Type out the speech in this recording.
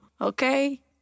okay